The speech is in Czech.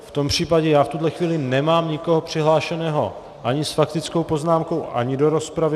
V tom případě já v tuto chvíli nemám nikoho přihlášeného ani s faktickou poznámkou, ani do rozpravy.